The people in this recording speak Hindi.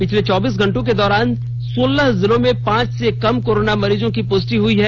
पिछले चौबीस घंटों के दौरान सोलह जिलों में पांच से कम कोरोना मरीजों की पुष्टि हुई है